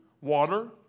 water